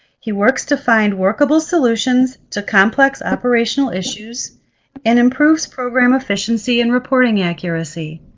he works to find workable solutions to complex operational issues and improves program efficiency in reporting accuracy.